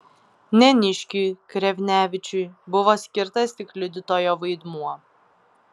neniškiui krevnevičiui buvo skirtas tik liudytojo vaidmuo